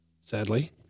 sadly